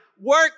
work